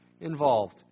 involved